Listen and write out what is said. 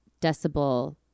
decibel